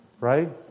right